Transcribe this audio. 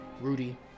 Rudy